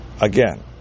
Again